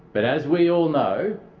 but as we all know,